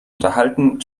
unterhalten